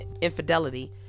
infidelity